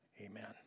Amen